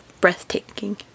breathtaking